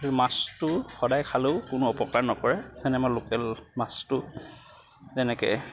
মাছটো সদায় খালেও কোনো অপকাৰ নকৰে যেনে আমাৰ লোকেল মাছটো তেনেকেই